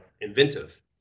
Inventive